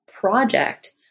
project